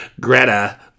greta